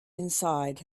inside